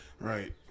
Right